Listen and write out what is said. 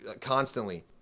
constantly